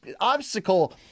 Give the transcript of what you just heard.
obstacle